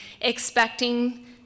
expecting